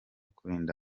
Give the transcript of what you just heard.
kurinda